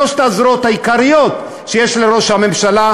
שלוש הזרועות העיקריות שיש לראש הממשלה,